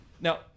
Now